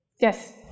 Yes